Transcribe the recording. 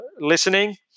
listening